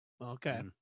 Okay